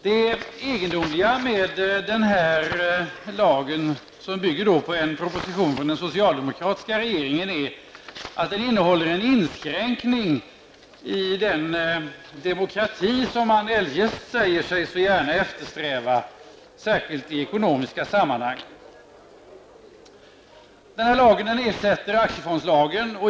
Det egendomliga med den här lagen, som bygger på en proposition från den socialdemokratiska regeringen, är att den innehåller en inskränkning i den demokrati som man eljest säger sig så gärna eftersträva, särskilt i ekonomiska sammanhang. Den här lagen ersätter aktiefondslagen.